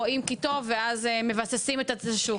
רואים כי טוב ואז מבססים את השוק.